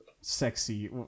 sexy